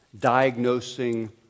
Diagnosing